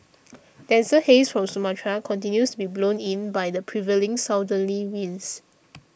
denser haze from Sumatra continues to be blown in by the prevailing southerly winds